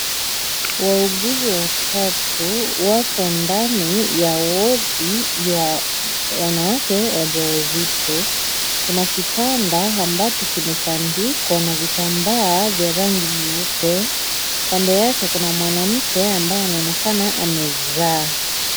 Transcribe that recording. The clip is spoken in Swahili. Wauguzi watatu wapo ndani ya wadi ya wanawake wajawazito. Kuna kitanda ambacho kimetandikwa na vitambaa vya rangi nyeupe. Kando yake kuna mwanamke ambaye anaonekana amezaa.